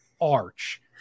arch